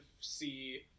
see